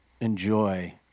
enjoy